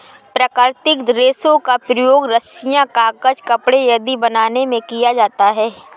प्राकृतिक रेशों का प्रयोग रस्सियॉँ, कागज़, कपड़े आदि बनाने में किया जाता है